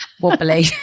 wobbly